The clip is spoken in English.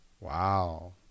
Wow